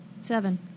Seven